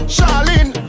Charlene